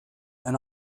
and